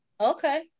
Okay